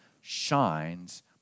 shines